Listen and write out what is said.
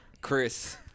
Chris